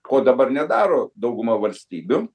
ko dabar nedaro dauguma valstybių